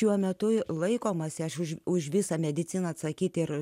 šiuo metu laikomasi aš už už visą mediciną atsakyti ir